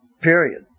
Period